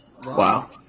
Wow